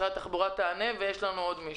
שוב לקנות כחול-לבן ולהעדיף תוצרת הארץ.